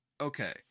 okay